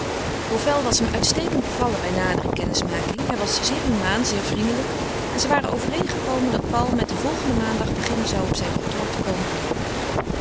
hovel was hem uitstekend bevallen bij nadere kennismaking hij was zeer humaan zeer vriendelijk en zij waren overeengekomen dat paul met den volgenden maandag beginnen zou op zijn kantoor te komen werken